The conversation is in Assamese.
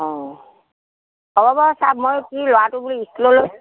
অঁ হ'ব বাৰু ছাৰ মই কি ল'ৰাটো বোলো স্কুললৈ